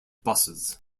buses